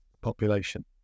population